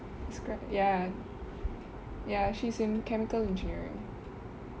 ya ya she's in chemical engineering